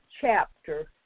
chapter